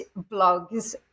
blogs